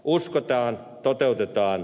uskotaan toteutetaan